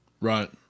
Right